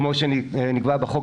כמו שנקבע בחוק,